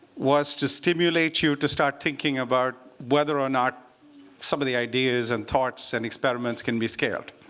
was to stimulate you to start thinking about whether or not some of the ideas, and thoughts, and experiments, can be scaled.